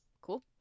cool